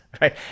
right